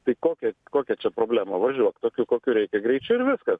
tai kokia kokia čia problema važiuok tokiu kokiu reikia greičiu ir viskas